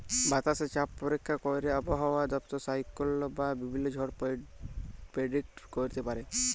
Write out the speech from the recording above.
বাতাসে চাপ পরীক্ষা ক্যইরে আবহাওয়া দপ্তর সাইক্লল বা বিভিল্ল্য ঝড় পের্ডিক্ট ক্যইরতে পারে